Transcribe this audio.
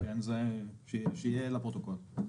זה שיהיה לפרוטוקול.